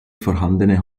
vorhandene